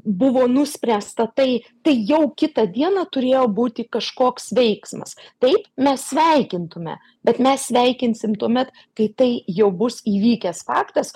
buvo nuspręsta tai tai jau kitą dieną turėjo būti kažkoks veiksmas taip mes sveikintume bet mes sveikinsim tuomet kai tai jau bus įvykęs faktas